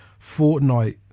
Fortnite